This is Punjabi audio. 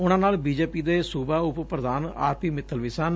ਉਨਾਂ ਨਾਲ ਬੀਜੇਪੀ ਦੇ ਸੁਬਾ ਪ੍ਰਧਾਨ ਆਰਪੀ ਮਿੱਤਲ ਵੀ ਸਨ